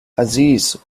aziz